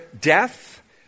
death